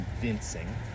convincing